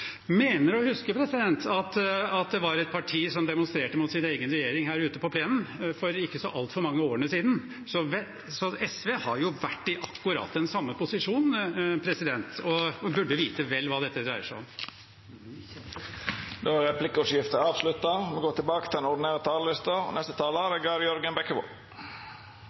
mener å huske at det var et parti som demonstrerte mot sin egen regjering her ute på plenen for ikke så altfor mange årene siden, så SV har jo vært i akkurat den samme posisjonen og burde vite vel hva dette dreier seg om. Replikkordskiftet er slutt. I dag debatterer vi noen vanskelige og ikke minst etiske spørsmål. Dette er sårbare spørsmål, og gråsonene som vi kan bevege oss inn i, er